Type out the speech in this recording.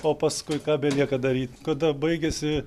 o paskui ką belieka daryt kada baigiasi